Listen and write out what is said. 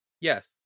Yes